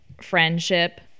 friendship